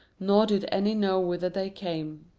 nor did any know whither they came.